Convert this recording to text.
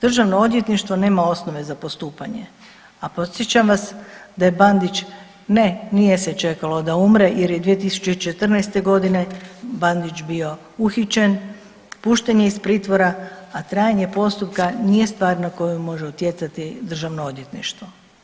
Državno odvjetništvo nema osnove za postupanje, a podsjećam vas da je Bandić ne nije se čekalo da umre jer je 2014.g. Bandić bio uhićen, pušten je iz pritvora, a trajanje postupka nije stvar na koju može utjecati državno odvjetništvo.